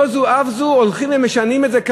לא זו אף זו, הולכים ומשנים את זה.